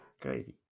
Crazy